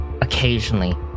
occasionally